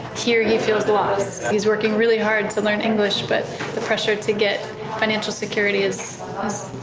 here he feels lost. he is working really hard to learn english, but the pressure to get financial security is